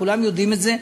כולם יודעים את זה,